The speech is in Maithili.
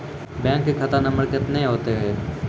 बैंक का खाता नम्बर कितने होते हैं?